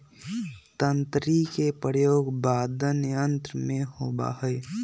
तंत्री के प्रयोग वादन यंत्र में होबा हई